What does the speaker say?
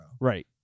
Right